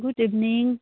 good evening